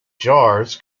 jars